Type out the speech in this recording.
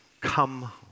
come